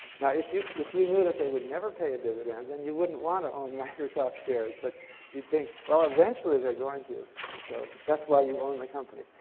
now, if you if you knew that they would never pay a dividend, then you wouldn't want to own microsoft shares. but you think, well, eventually they're going to, and so that's why you own the company.